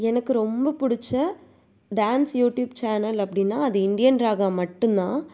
எனக்கு ரொம்ப பிடிச்ச டான்ஸ் யூட்யூப் சேனல் அப்படின்னா அது இந்தியன் ராகா மட்டும் தான்